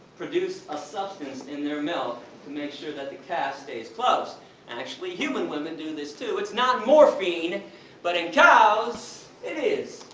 produce a substance in their milk to make sure that the calf stays close. and actually human women do this it's not morphine but in cows it is,